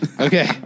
Okay